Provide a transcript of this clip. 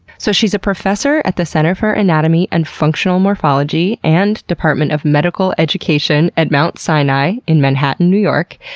so she's a professor at the center for anatomy and functional morphology and department of medical education at mount sinai in manhattan, new york.